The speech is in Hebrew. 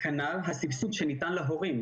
כנ"ל הסבסוד שניתן להורים,